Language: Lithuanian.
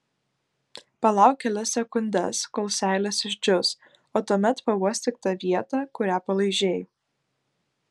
palauk kelias sekundes kol seilės išdžius o tuomet pauostyk tą vietą kurią palaižei